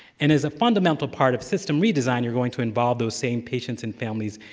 and as a fundamental part of system redesign, you're going to involve those same patients and families,